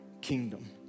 kingdom